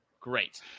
Great